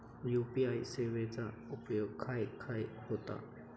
UPI सेवेचा उपयोग खाय खाय होता?